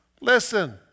listen